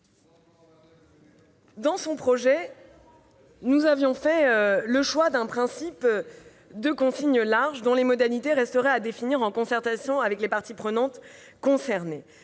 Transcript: Dans notre projet de loi, nous avions fait le choix d'un principe de consigne large, dont les modalités resteraient à définir avec les parties prenantes concernées.